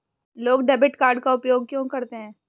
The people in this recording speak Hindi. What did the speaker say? लोग डेबिट कार्ड का उपयोग क्यों करते हैं?